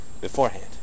beforehand